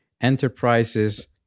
Enterprises